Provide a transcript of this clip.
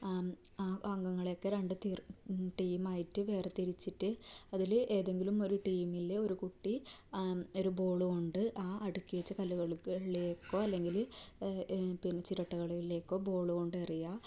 അംഗങ്ങളെയൊക്കെ രണ്ട് തിർ ടീം ആയിട്ട് വേർതിരിച്ചിട്ട് അതിൽ ഏതെങ്കിലും ഒരു ടീമിലെ ഒരു കുട്ടി ഒരു ബോളുകൊണ്ട് ആ അടുക്കി വെച്ച കല്ലുകൾക്ക് കല്ലുകളിലേക്കോ അല്ലെങ്കിൽ പിന്നെ ചിരട്ടകളിലേക്കോ ബോള് കൊണ്ട് എറിയുക